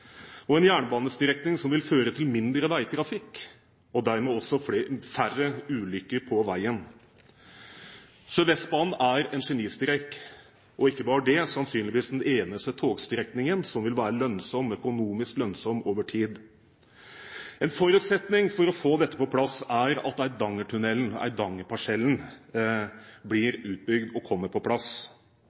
jernbanestrekning som vil føre til mindre veitrafikk og dermed også færre ulykker på veien. Sørvestbanen er en genistrek. Og ikke bare det, dette er sannsynligvis den eneste togstrekningen som vil være økonomisk lønnsom over tid. En forutsetning for å få dette på plass er at Eidangertunnelen, Eidangerparsellen, blir utbygd og kommer på plass.